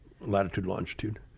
latitude-longitude